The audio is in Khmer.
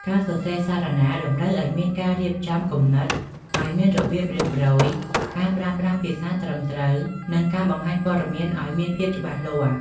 ការសរសេរសារណាតម្រូវឲ្យមានការរៀបចំគំនិតឲ្យមានរបៀបរៀបរយ ការប្រើប្រាស់ភាសាត្រឹមត្រូវ និងការបង្ហាញព័ត៌មានឲ្យមានភាពច្បាស់លាស់។